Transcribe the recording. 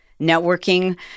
networking